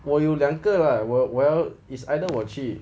我有两个 lah 我我要 it's either 我去